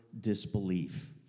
disbelief